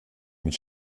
mit